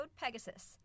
PEGASUS